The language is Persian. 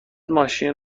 ماشین